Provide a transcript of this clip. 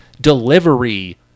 delivery